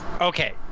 Okay